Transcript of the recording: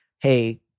hey